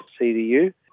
CDU